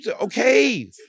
okay